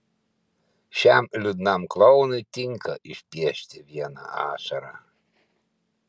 šiam liūdnam klounui tinka išpiešti vieną ašarą